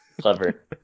clever